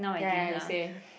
ya ya you say